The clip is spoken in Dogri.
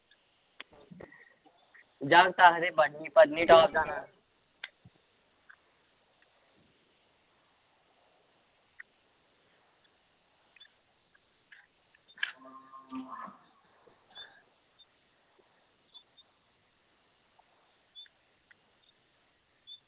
जागत् आखदे पत्तनीटाप जाना